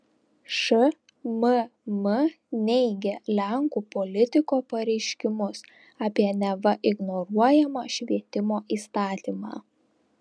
šmm neigia lenkų politiko pareiškimus apie neva ignoruojamą švietimo įstatymą